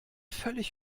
völlig